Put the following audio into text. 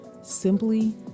simply